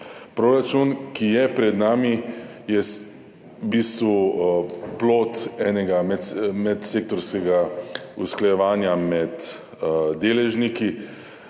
Proračun, ki je pred nami, je v bistvu plod enega medsektorskega usklajevanja med deležniki,